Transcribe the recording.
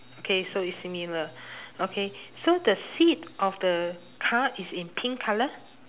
okay so is similar okay so the seat of the car is in pink colour